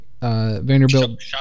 Vanderbilt –